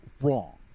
wrong